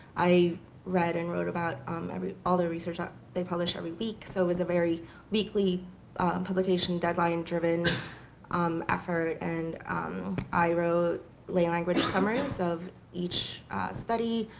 i read and wrote about um all the research that they publish every week. so it was a very weekly publication deadline driven um effort, and i wrote language summaries of each study.